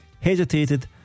Hesitated